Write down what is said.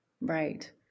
right